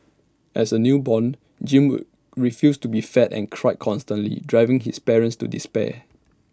as A newborn Jim would refuse to be fed and cried constantly driving his parents to despair